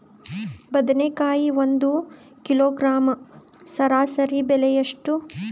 ಬದನೆಕಾಯಿ ಒಂದು ಕಿಲೋಗ್ರಾಂ ಸರಾಸರಿ ಬೆಲೆ ಎಷ್ಟು?